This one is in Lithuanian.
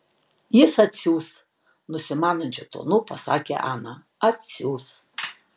jis atsiųs nusimanančiu tonu pasakė ana atsiųs